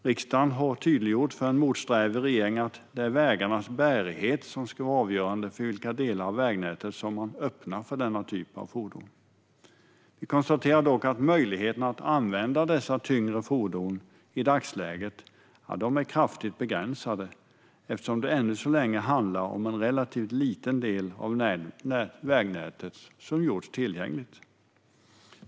Riksdagen har gjort tydligt för en motsträvig regering att det är vägarnas bärighet som ska vara avgörande för vilka delar av vägnätet som man öppnar för denna typ av fordon. Vi konstaterar dock att möjligheten att använda dessa tyngre fordon i dagsläget är kraftigt begränsad eftersom endast en liten del av vägnätet har gjorts tillgängligt.